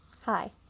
Hi